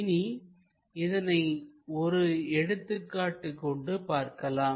இனி இதனை ஒரு எடுத்துக்காட்டு கொண்டு பார்க்கலாம்